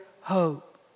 hope